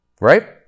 right